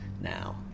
now